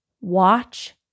Watch